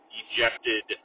ejected